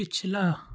पिछला